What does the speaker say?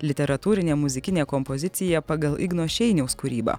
literatūrinė muzikinė kompozicija pagal igno šeiniaus kūrybą